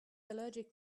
allergic